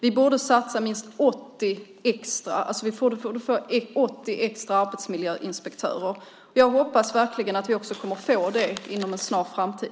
Vi borde få 80 extra arbetsmiljöinspektörer. Jag hoppas verkligen att vi också kommer att få det inom en snar framtid.